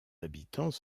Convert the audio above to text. habitants